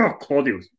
Claudio